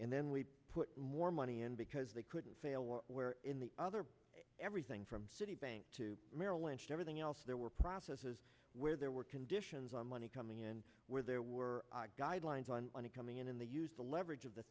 and then we put more money in because they couldn't fail or where in the other everything from citibank to merrill lynch and everything else there were processes where there were conditions on money coming in where there were guidelines on money coming in and they use the leverage of the